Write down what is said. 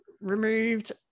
removed